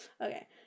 okay